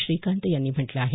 श्रीकांत यांनी म्हटलं आहे